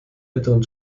älteren